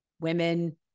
women